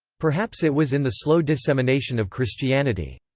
perhaps it was in the slow dissemination of christianity.